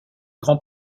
grands